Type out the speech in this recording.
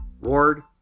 Ward